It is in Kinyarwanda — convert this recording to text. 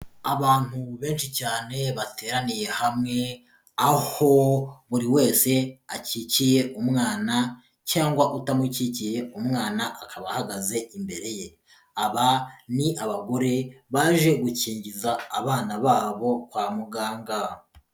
Abantu benshi cyane bateraniye hamwe aho buri wese akikiye umwana cyangwa utamukikiye umwana akaba ahagaze imbere ye, aba ni abagore baje gukingiza abana babo kwa muganga.